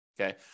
Okay